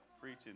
preaching